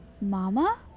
Mama